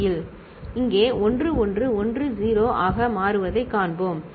f x3 x2 1 இங்கே 1 1 1 0 ஆக மாறுவதைக் காண்போம் சரி